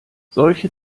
solche